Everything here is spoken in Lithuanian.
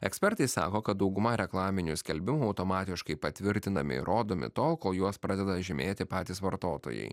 ekspertai sako kad dauguma reklaminių skelbimų automatiškai patvirtinami ir rodomi tol kol juos pradeda žymėti patys vartotojai